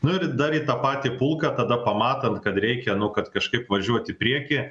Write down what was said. nu ir dar į tą patį pulką tada pamatant kad reikia nu kad kažkaip važiuoti į priekį